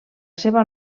seva